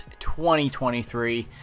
2023